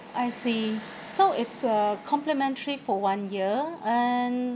I see so it's a complimentary for one year and